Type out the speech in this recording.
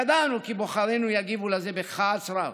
ידענו כי בוחרינו יגיבו לזה בכעס רב,